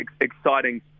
exciting